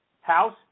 House